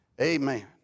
Amen